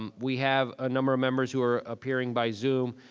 um we have a number of members who are appearing by zoom.